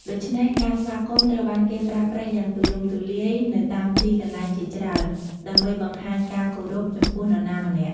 ដូច្នេះ ការស្វាគមន៍ត្រូវបានគេប្រើប្រាស់យ៉ាងទូលំទូលាយនៅតាមទីកន្លែងជាច្រើន ដើម្បីបង្ហាញការគោរពចំពោះនរណាម្នាក់។